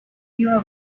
you